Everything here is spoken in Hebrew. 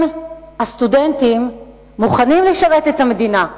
הם, הסטודנטים, מוכנים לשרת את המדינה.